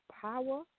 power